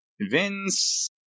Vince